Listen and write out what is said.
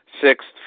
Sixth